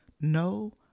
No